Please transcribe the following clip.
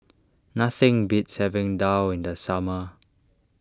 nothing beats having Daal in the summer